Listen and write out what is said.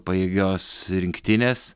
pajėgios rinktinės